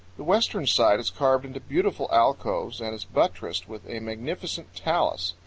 the western side is carved into beautiful alcoves and is buttressed with a magnificent talus,